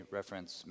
reference